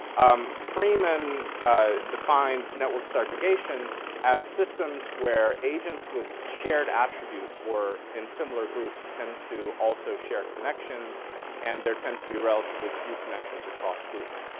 um freeman ah defines network segregation as systems where agents with shared attributes or in similar groups tend to also share connections and there tend to be relatively few connections across groups.